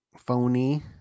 phony